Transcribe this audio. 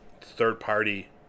third-party